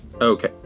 Okay